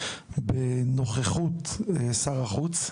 בנוכחות שר החוץ,